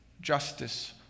justice